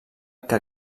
que